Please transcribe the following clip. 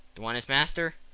the one as master,